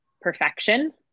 perfection